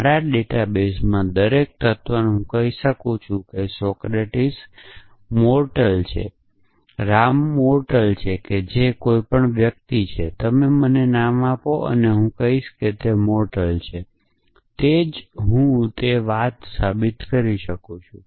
મારા ડેટાબેઝમાં દરેક તત્વ હું કહી શકું છું કે સોક્રેટીક મોરટલ છે રામ મોરટલ છે જે કોઈ પણ વ્યક્તિ તમે મને નામ આપો અને હું કહીશ કે તે મોરટલ છે તેથી જ હું તે વાત સાબિત કરી શકું